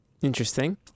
Interesting